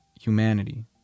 humanity